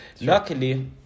Luckily